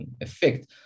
effect